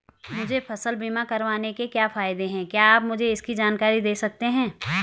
मुझे फसल बीमा करवाने के क्या फायदे हैं क्या आप मुझे इसकी जानकारी दें सकते हैं?